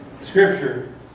Scripture